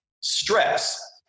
stress